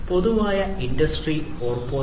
പൊതുവായ ഇൻഡസ്ട്രി 4